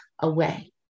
away